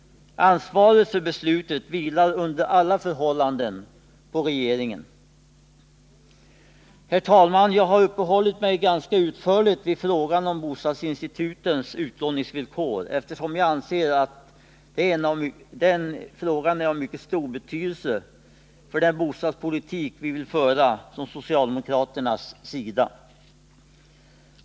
Ansvaret för beslutet vilar under alla förhållanden på regeringen. Fru talman! Jag har uppehållit mig ganska utförligt vid frågan om bostadsinstitutens utlåningsvillkor eftersom jag anser att den är av mycket stor betydelse för den bostadspolitik vi vill föra från socialdemokraternas sida.